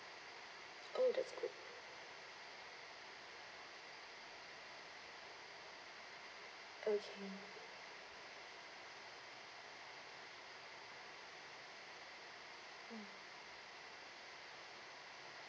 oh that's good okay